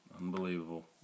Unbelievable